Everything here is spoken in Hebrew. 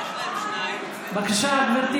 בבקשה, גברתי